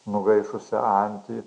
nugaišusią antį